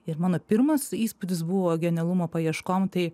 ir mano pirmas įspūdis buvo genialumo paieškom tai